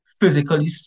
physically